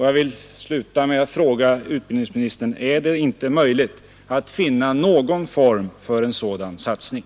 Jag vill därför sluta med att fråga utbildningsministern: Är det inte möjligt att finna någon form för en sådan satsning?